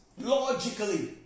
logically